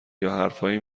یاحرفایی